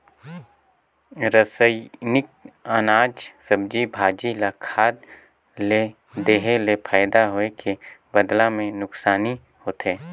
रसइनिक अनाज, सब्जी, भाजी ल खाद ले देहे ले फायदा होए के बदला मे नूकसानी होथे